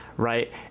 Right